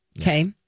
Okay